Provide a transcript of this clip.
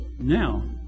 now